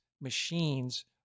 machines